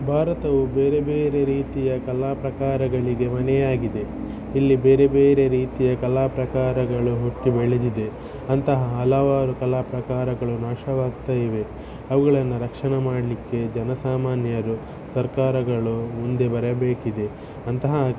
ಭಾರತವು ಬೇರೆ ಬೇರೆ ರೀತಿಯ ಕಲಾ ಪ್ರಕಾರಗಳಿಗೆ ಮನೆಯಾಗಿದೆ ಇಲ್ಲಿ ಬೇರೆ ಬೇರೆ ರೀತಿಯ ಕಲಾ ಪ್ರಕಾರಗಳು ಹುಟ್ಟಿ ಬೆಳೆದಿದೆ ಅಂತಹ ಹಲವಾರು ಕಲಾ ಪ್ರಕಾರಗಳು ನಾಶವಾಗ್ತಾಯಿವೆ ಅವುಗಳನ್ನು ರಕ್ಷಣೆ ಮಾಡಲಿಕ್ಕೆ ಜನಸಾಮಾನ್ಯರು ಸರ್ಕಾರಗಳು ಮುಂದೆ ಬರಬೇಕಿದೆ ಅಂತಹ